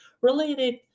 Related